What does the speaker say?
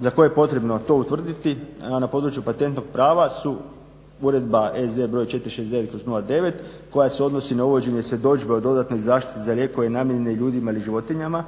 za koje je potrebno to utvrditi, a na području patentnog prava su Uredba EZ br. 469/09 koja se odnosi na uvođenje svjedodžbe o dodatnoj zaštiti za lijekove namijenjene ljudima ili životinjama,